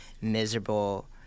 miserable